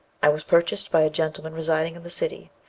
i was purchased by a gentleman residing in the city,